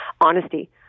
honesty